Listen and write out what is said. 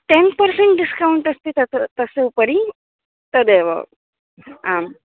ten percent discount अस्ति तत् तस्य उपरि तदेव आम्